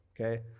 okay